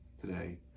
today